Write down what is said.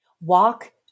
walk